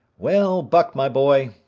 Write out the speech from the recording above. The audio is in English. well, buck, my boy,